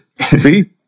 See